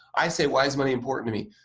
i say, why is money important to me?